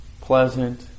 pleasant